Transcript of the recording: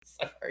Sorry